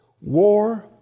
War